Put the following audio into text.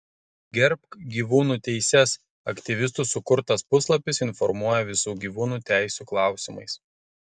gerbk gyvūnų teises aktyvistų sukurtas puslapis informuoja visų gyvūnų teisių klausimais